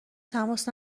تماس